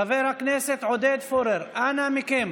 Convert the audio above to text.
חבר הכנסת עודד פורר, אנא מכם.